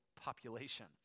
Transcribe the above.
population